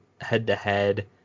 head-to-head